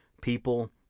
people